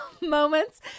moments